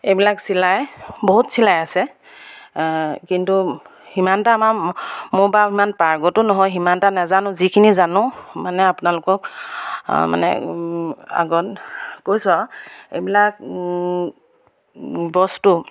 এইবিলাক চিলাই বহুত চিলাই আছে কিন্তু সিমানটা আমাৰ মই বাৰু ইমান পাৰ্গতো নহয় সিমানটা নাজানো যিখিনি জানো মানে আপোনালোকক মানে আগত কৈছোঁ আৰু এইবিলাক বস্তু